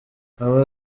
aba